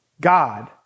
God